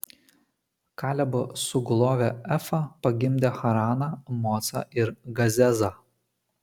kalebo sugulovė efa pagimdė haraną mocą ir gazezą